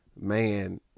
man